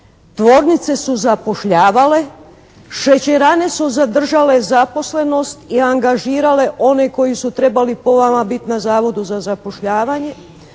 tvornice su zapošljavale, šećerane su zadržale zaposlenost i angažirale one koji su trebali po vama biti na zavodu za zapošljavanje.